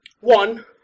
One